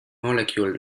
molecule